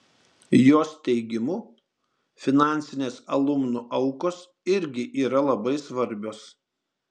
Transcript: jos teigimu finansinės alumnų aukos irgi yra labai svarbios